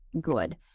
good